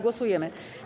Głosujemy.